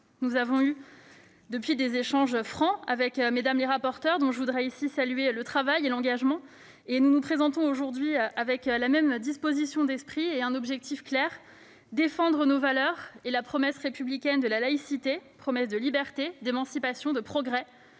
Nous avons eu, depuis lors, des échanges francs avec Mmes les rapporteures, dont je voudrais ici saluer le travail et l'engagement. Nous nous présentons aujourd'hui devant vous avec la même disposition d'esprit et un objectif clair : défendre nos valeurs et la promesse républicaine de laïcité, promesse de liberté, d'émancipation et de progrès,